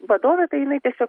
vadovė tai jinai tiesiog